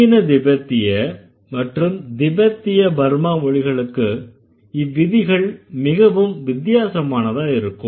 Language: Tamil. சீன திபெத்திய மற்றும் திபெத்திய பர்மா மொழிகளுக்கு இவ்விதிகள் மிகவும் வித்தியாசமானதா இருக்கும்